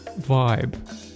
vibe